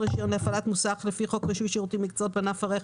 רישיון להפעלת מוסך לפי חוק רישוי שירותים ומקצועות בענף הרכב,